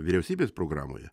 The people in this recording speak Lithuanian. vyriausybės programoje